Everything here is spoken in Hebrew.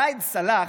ראאד סלאח.